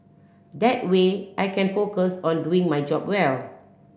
that way I can focus on doing my job well